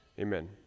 amen